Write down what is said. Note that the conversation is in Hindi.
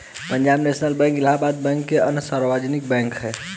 Punjab national bank Allahabad bank अन्य सार्वजनिक बैंक है